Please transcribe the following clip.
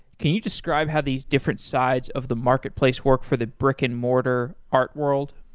can you describe how these different sides of the marketplace work for the brick-and-mortar art world?